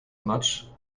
much